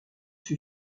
fut